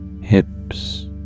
hips